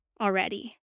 already